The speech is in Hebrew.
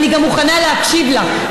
ואני גם מוכנה להקשיב לה.